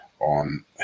on